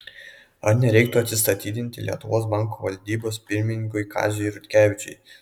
ar nereiktų atsistatydinti lietuvos banko valdybos pirmininkui kaziui ratkevičiui